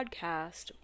podcast